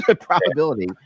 Probability